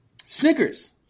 Snickers